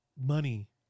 money